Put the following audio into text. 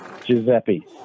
Giuseppe